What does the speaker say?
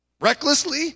recklessly